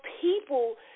people